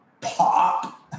pop